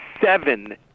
seven